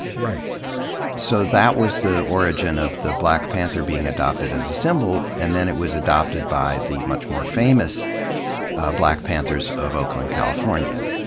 so that was the origin of the black panther being adopted as a symbol, and then it was adopted by the much more famous black panthers of oakland, california.